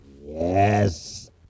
yes